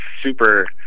super